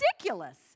ridiculous